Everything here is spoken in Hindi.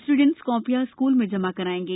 स्ट्रडेंट्स कॉपियां स्कूल में जमा करायेंगे